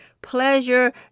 Pleasure